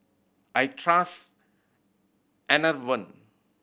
I trust Enervon